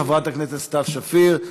חברת הכנסת סתיו שפיר.